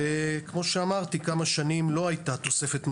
כמו שאמרתי, כמה שנים לא הייתה תוספת מכשירים,